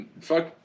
Fuck